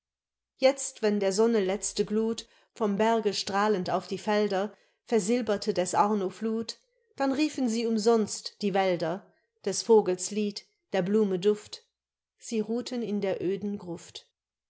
jetzt wenn der sonne letzte gluth vom berge strahlend auf die felder versilberte des arno fluth dann riefen sie umsonst die wälder des vogels lied der blume duft sie ruhten in der öden gruft